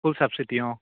ফুল subsidy অঁ